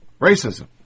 racism